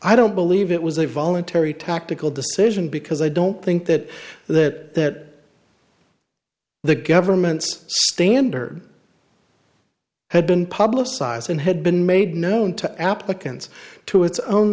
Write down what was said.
i don't believe it was a voluntary tactical decision because i don't think that that the government's standard had been publicized and had been made known to applicants to its own